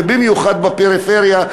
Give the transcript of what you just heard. ובמיוחד בפריפריה,